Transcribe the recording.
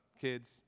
kids